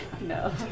No